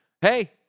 Hey